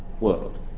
world